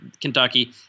Kentucky